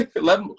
Let